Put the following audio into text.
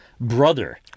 brother